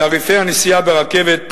תעריפי הנסיעה ברכבת,